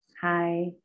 Hi